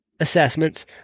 assessments